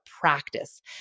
practice